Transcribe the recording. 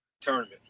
tournament